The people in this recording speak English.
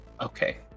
Okay